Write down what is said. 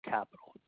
Capital